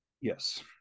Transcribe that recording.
yes